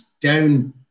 Down